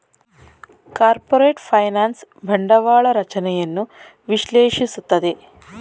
corporate finance ಬಂಡವಾಳ ರಚನೆಯನ್ನು ವಿಶ್ಲೇಷಿಸುತ್ತದೆ